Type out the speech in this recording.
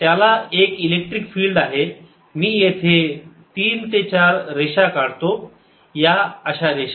त्याला एक electric field आहे मी येथे तीन ते चार रेषा काढतो या अशा रेषा